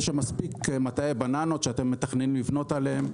יש שם מספיק מטעי בננות שאתם מתכננים לבנות עליהם.